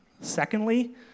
Secondly